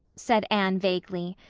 said anne vaguely.